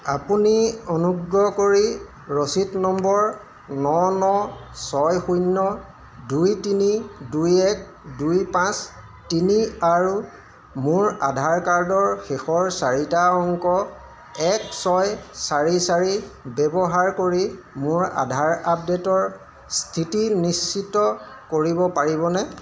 আপুনি অনুগ্ৰহ কৰি ৰচিদ নম্বৰ ন ন ছয় শূন্য দুই তিনি দুই এক দুই পাঁচ তিনি আৰু মোৰ আধাৰ কাৰ্ডৰ শেষৰ চাৰিটা অংক এক ছয় চাৰি চাৰি ব্যৱহাৰ কৰি মোৰ আধাৰ আপডে'টৰ স্থিতি নিশ্চিত কৰিব পাৰিবনে